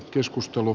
keskustelu